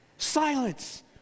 Silence